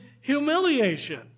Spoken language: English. humiliation